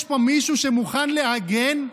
יש פה מישהו שמוכן להגן,